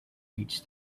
meets